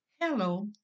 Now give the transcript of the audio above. Hello